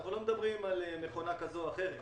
אנחנו לא מדברים על מכונה כזאת או אחרת.